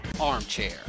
armchair